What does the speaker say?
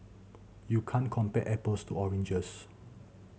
you can't compare apples to oranges